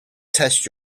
test